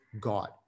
God